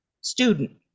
student